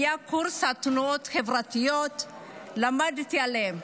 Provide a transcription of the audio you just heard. היה קורס על תנועות חברתיות למדתי עליהן.